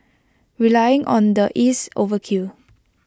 relying on the is overkill